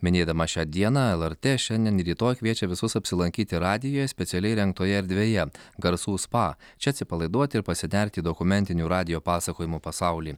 minėdama šią dieną lrt šiandien ir rytoj kviečia visus apsilankyti radijuje specialiai įrengtoje erdvėje garsų spa čia atsipalaiduoti ir pasinerti į dokumentinių radijo pasakojimų pasaulį